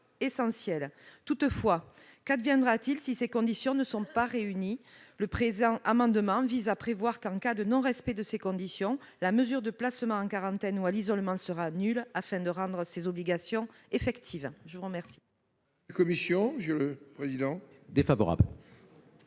Toutefois, qu'adviendra-t-il si ces conditions ne sont pas réunies ? Le présent amendement vise à prévoir que, en cas de non-respect de ces conditions, la mesure de placement en quarantaine ou à l'isolement sera nulle et non avenue. Quel est l'avis de la commission